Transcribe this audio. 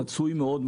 רצוי מאוד,